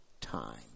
time